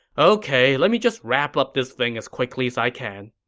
ok, let me just wrap up this thing as quickly as i can.